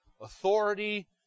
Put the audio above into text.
authority